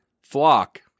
flock